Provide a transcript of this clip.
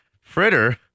fritter